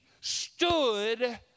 stood